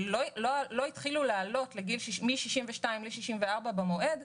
שלא התחילו לעלות מגיל 62 לגיל 64 במועד,